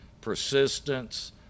Persistence